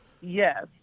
Yes